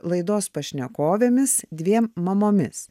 laidos pašnekovėmis dviem mamomis